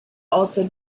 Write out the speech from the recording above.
also